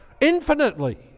Infinitely